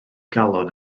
galon